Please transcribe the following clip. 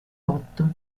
cotto